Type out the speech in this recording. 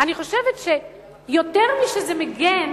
אני חושבת שיותר משזה מגן